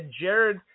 Jared